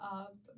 up